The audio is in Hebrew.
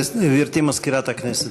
גברתי מזכירת הכנסת.